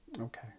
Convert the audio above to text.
okay